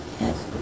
Yes